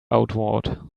outward